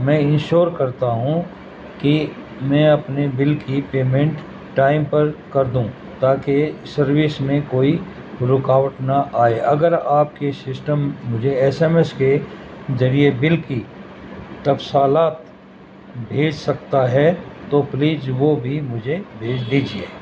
میں انشور کرتا ہوں کہ میں اپنے بل کی پیمنٹ ٹائم پر کر دوں تاکہ سروس میں کوئی رکاوٹ نہ آئے اگر آپ کی ششٹم مجھے ایس ایم ایس کے ذریعے بل کی تفصیلات بھیج سکتا ہے تو پلیج وہ بھی مجھے بھیج دیجیے